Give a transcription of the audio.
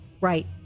right